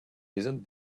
isn’t